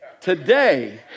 Today